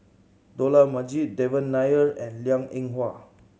Dollah Majid Devan Nair and Liang Eng Hwa